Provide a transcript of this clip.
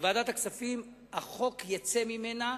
שוועדת הכספים, החוק יצא ממנה,